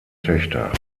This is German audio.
töchter